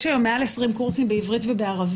יש היום מעל 20 קורסים בעברית ובערבית,